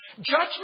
Judgment